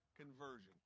conversion